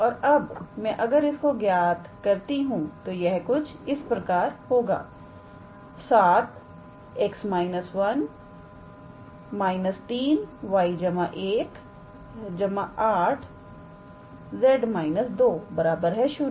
और अब मैं अगर इसको ज्ञात करता हूं तो यह कुछ इस प्रकार होगा 7𝑋 − 1 − 3𝑌 1 8𝑍 − 2 0